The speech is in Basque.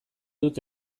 dut